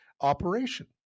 operation